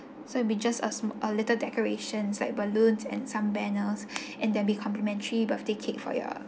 so it'd be just sma~ a little decorations like balloons and some banners and then there'll be complimentary birthday cake for your